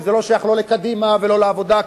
וזה לא שייך לא לקדימה ולא לעבודה,